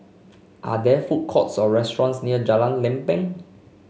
are there food courts or restaurants near Jalan Lempeng